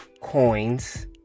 coins